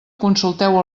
consulteu